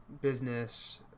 business